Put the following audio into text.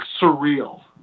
surreal